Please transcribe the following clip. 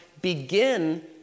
begin